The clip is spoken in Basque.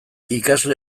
ikasle